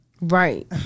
Right